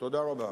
תודה רבה.